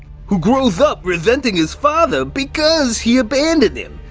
who grows up resenting his father because he abandoned him.